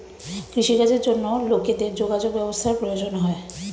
কৃষি কাজের জন্য লোকেদের যোগাযোগ ব্যবস্থার প্রয়োজন হয়